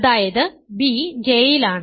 അതായത് b J യിലാണ്